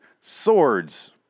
swords